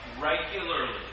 regularly